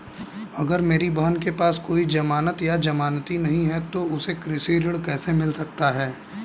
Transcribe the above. अगर मेरी बहन के पास कोई जमानत या जमानती नहीं है तो उसे कृषि ऋण कैसे मिल सकता है?